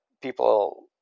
people